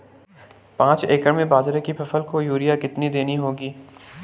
पांच एकड़ में बाजरे की फसल को यूरिया कितनी देनी होगी?